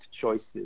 choices